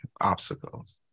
Obstacles